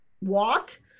walk